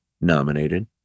nominated